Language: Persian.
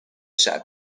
شوید